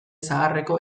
zaharreko